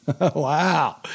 Wow